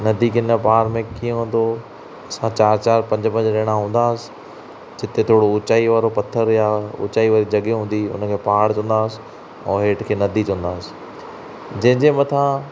नंदी की न पार में कीअं हूंदो असां चारि चारि पंज पंज ॼणा हूंदा हुआसि जिते थोरो ऊंचाई वारो पथर ऊंचाई वारी जॻह हूंदी हुई उनखे पहाड़ चवंदासि ऐं हेठि खे नंदी चवंदासि जंहिंजे मथा